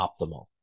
optimal